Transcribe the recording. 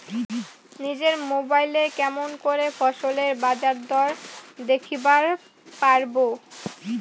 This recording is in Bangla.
নিজের মোবাইলে কেমন করে ফসলের বাজারদর দেখিবার পারবো?